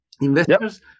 investors